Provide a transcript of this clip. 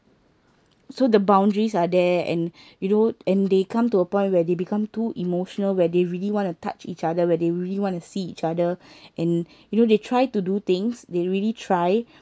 so the boundaries are there and you know and they come to a point where they become too emotional where they really wanna touch each other when they really wanna see each other and you know they try to do things they really try